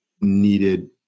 needed